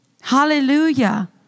Hallelujah